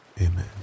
amen